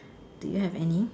do you have any